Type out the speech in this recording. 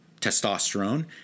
testosterone